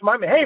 Hey